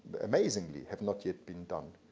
amazingly, have not yet been done.